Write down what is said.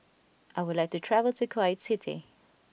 I would like to travel to Kuwait City